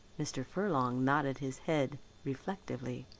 mr. furlong nodded his head reflectively.